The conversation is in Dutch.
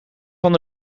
van